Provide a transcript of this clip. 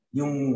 yung